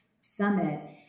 summit